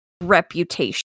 reputation